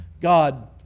God